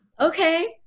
Okay